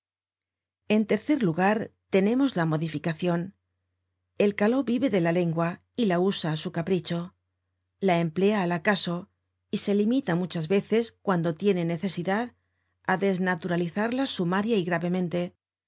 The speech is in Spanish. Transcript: en tercer lugar tenemos la modificacion el caló vive de la lengua y la usa á su capricho la emplea al acaso y se limita muchas veces cuando tiene necesidad á desnaturalizarla sumaria y gravemente